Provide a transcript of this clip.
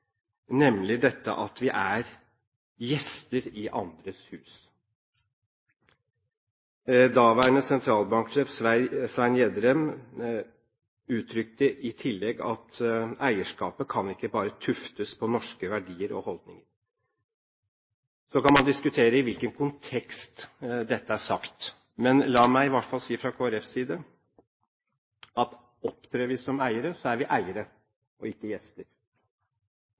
nemlig dette at vi er gjester i andres hus. Daværende sentralbanksjef Svein Gjedrem uttrykte i tillegg at eierskapet kan ikke bare tuftes på norske verdier og holdninger. Så kan man diskutere i hvilken kontekst dette er sagt, men la meg i hvert fall si fra Kristelig Folkepartis side at opptrer vi som eiere, så er vi eiere, og ikke gjester.